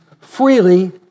freely